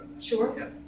Sure